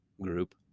group